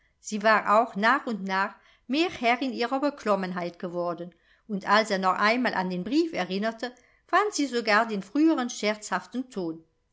sie war auch nach und nach mehr herrin ihrer beklommenheit geworden und als er noch einmal an den brief erinnerte fand sie sogar den früheren scherzhaften ton